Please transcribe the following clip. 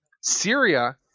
Syria